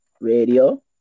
radio